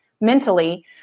mentally